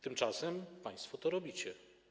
Tymczasem państwo to robicie.